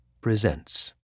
presents